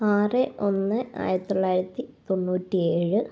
ആറ് ഒന്ന് ആയിരത്തി തൊള്ളായിരത്തി തൊണ്ണുറ്റി ഏഴ്